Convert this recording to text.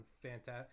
fantastic